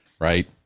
right